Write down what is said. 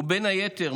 ובין היתר,